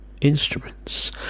instruments